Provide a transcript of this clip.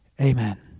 amen